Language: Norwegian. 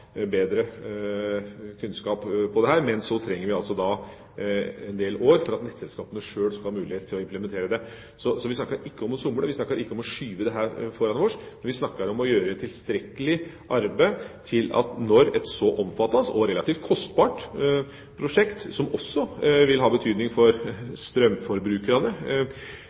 men så trenger vi en del år for at nettselskapene sjøl skal ha mulighet til å implementere det. Så vi snakker ikke om å somle, vi snakker ikke om å skyve dette foran oss. Vi snakker om å gjøre et tilstrekkelig arbeid, slik at når et så omfattende og relativt kostbart prosjekt, som også vil ha betydning for strømforbrukerne,